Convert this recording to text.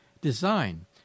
design